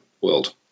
world